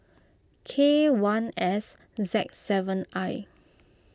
K one S Z seven I